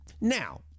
Now